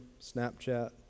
Snapchat